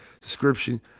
description